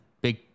Big